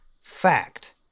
fact